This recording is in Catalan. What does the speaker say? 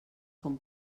com